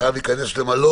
זה דבר